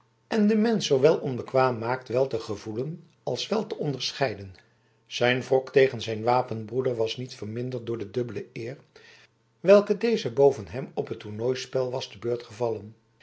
en den mensch zoowel onbekwaam maakt wel te gevoelen als wel te onderscheiden zijn wrok tegen zijn wapenbroeder was niet verminderd door de dubbele eer welke dezen boven hem op het tornooispel was te beurt gevallen